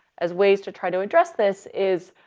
as ways to try to address this is,